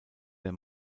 der